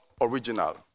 original